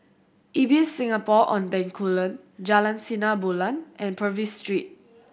Ibis Singapore On Bencoolen Jalan Sinar Bulan and Purvis Street